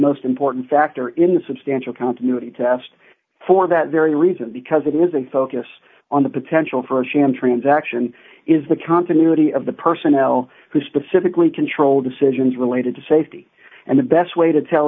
most important factor in the substantial continuity test for that very reason because it was in focus on the potential for a sham transaction is the continuity of the personnel who specifically control decisions related to safety and the best way to tell